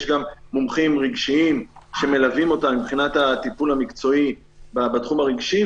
יש גם מומחים רגשיים שמלווים אותם מבחינת הטיפול המקצועי בתחום הרגשי,